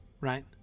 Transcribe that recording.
right